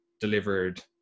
delivered